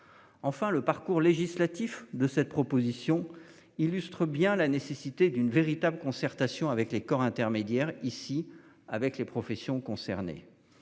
Enfin le parcours législatif de cette proposition illustre bien la nécessité d'une véritable concertation avec les corps intermédiaires ici avec les professions concernées.